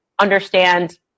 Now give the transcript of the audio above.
understand